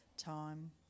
time